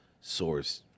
source